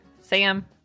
Sam